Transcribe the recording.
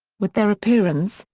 with their appearance,